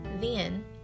Then